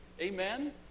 Amen